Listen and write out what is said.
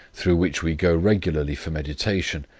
through which we go regularly for meditation,